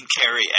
carry